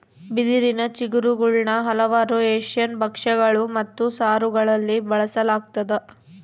ಬಿದಿರಿನ ಚಿಗುರುಗುಳ್ನ ಹಲವಾರು ಏಷ್ಯನ್ ಭಕ್ಷ್ಯಗಳು ಮತ್ತು ಸಾರುಗಳಲ್ಲಿ ಬಳಸಲಾಗ್ತದ